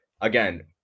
again